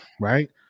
right